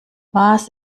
was